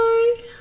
Bye